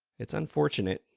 it's unfortunate,